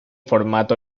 formato